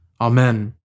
Amen